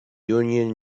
union